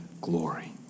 glory